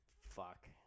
Fuck